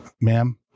ma'am